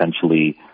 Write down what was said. essentially